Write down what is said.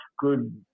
good